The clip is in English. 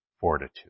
fortitude